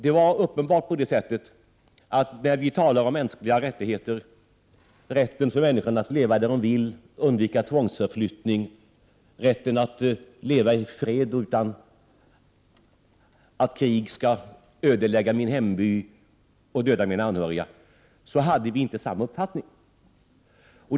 Det var uppenbart på det sättet att i frågor om mänskliga rättigheter, rätten för människorna att leva där de vill, rätten att slippa tvångsförflyttning, rätten att leva i fred och utan att krig skall ödelägga min hemby och döda mina anhöriga, hade vi inte samma uppfattning.